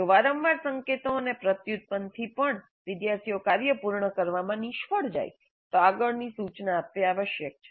જો વારંવાર સંકેતો અને પ્રત્યુત્પનથી પણ વિદ્યાર્થીઓ કાર્ય પૂર્ણ કરવામાં નિષ્ફળ જાય તો આગળની સૂચના આપવી આવશ્યક છે